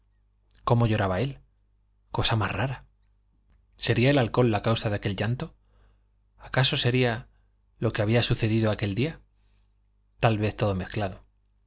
cómo lloraba él cosa más rara sería el alcohol la causa de aquel llanto acaso sería lo que había sucedido aquel día tal vez todo mezclado